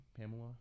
Pamela